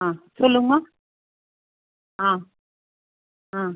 ஆ சொல்லுங்கம்மா ஆ ஆ